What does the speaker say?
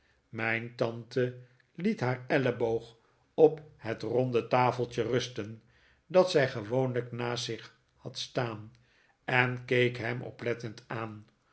mijn tante liet haar elleboog op het ronde tafeltje rusten dat zij gewoonlijk naast zich had staan en keek hem oplettend aan